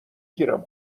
گیرم